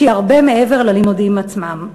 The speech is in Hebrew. שהיא הרבה מעבר ללימודים עצמם.